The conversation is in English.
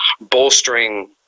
bolstering